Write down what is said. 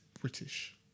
British